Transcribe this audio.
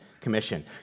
commission